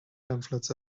pamphlets